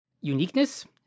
uniqueness